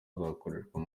azakoreshwa